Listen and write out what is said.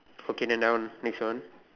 okay than that one next one